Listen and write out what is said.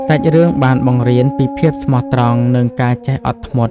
សាច់រឿងបានបង្រៀនពីភាពស្មោះត្រង់ និងការចេះអត់ធ្មត់។